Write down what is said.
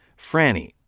Franny